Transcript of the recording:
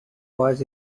was